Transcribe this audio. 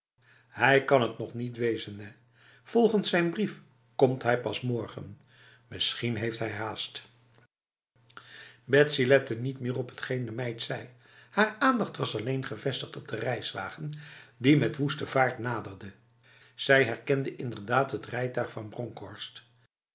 hij kan het nog niet wezen nèh volgens zijn brief komt hij pas morgen misschien heeft hij haast betsy lette niet meer op hetgeen de meid zei haar aandacht was alleen gevestigd op de reiswagen die met woeste vaart naderde zij herkende inderdaad het rijtuig van bronkhorst